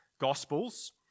Gospels